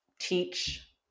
teach